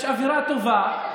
יש אווירה טובה,